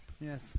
Yes